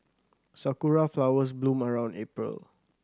sakura flowers bloom around April